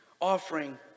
offering